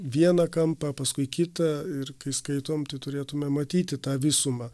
vieną kampą paskui kitą ir kai skaitom tai turėtume matyti tą visumą